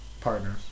partners